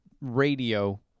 radio